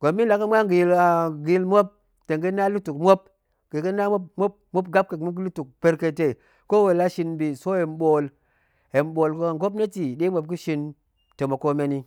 domin la ga̱muan ga̱yil muop, ta̱ ga̱na lutuk muop, ga̱na muop gap kek muop ga lutuk berkatei, ko wuro nɗe la shin bi, so hen bool, hen bool gwopneti ɗe muop gəshin temo ko menyi